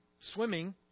swimming